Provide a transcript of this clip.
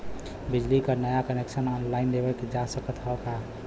बिजली क नया कनेक्शन ऑनलाइन लेवल जा सकत ह का?